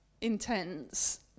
intense